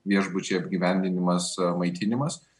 viešbučiai apgyvendinimas maitinimas